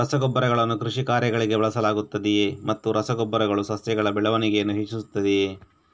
ರಸಗೊಬ್ಬರಗಳನ್ನು ಕೃಷಿ ಕಾರ್ಯಗಳಿಗೆ ಬಳಸಲಾಗುತ್ತದೆಯೇ ಮತ್ತು ರಸ ಗೊಬ್ಬರಗಳು ಸಸ್ಯಗಳ ಬೆಳವಣಿಗೆಯನ್ನು ಹೆಚ್ಚಿಸುತ್ತದೆಯೇ?